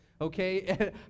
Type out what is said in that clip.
Okay